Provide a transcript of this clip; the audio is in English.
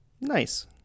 nice